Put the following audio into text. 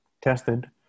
tested